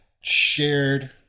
shared